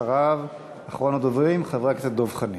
אחריו, אחרון הדוברים, חבר הכנסת דב חנין.